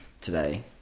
today